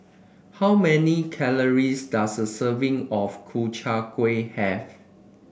how many calories does a serving of Ku Chai Kuih have